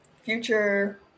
future